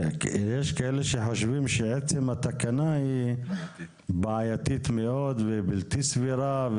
יש כאלה שחושבים שעצם התקנה היא בעייתית מאוד והיא בלתי סבירה.